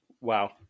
Wow